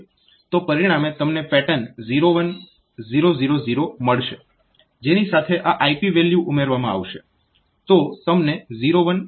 તો પરિણામે તમને પેટર્ન 01000 મળશે જેની સાથે આ IP વેલ્યુ ઉમેરવામાં આવશે